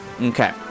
okay